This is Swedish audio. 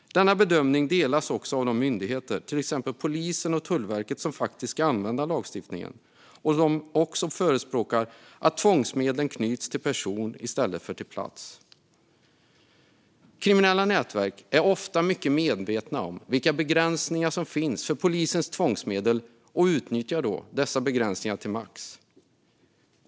Denna bedömning delas också av de myndigheter, till exempel polisen och Tullverket, som faktiskt ska använda lagstiftningen - även de förespråkar att tvångsmedlen knyts till person i stället för till plats. Kriminella nätverk är ofta mycket medvetna om vilka begränsningar som finns för polisens tvångsmedel och utnyttjar dessa begränsningar till max.